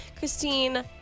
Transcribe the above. Christine